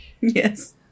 Yes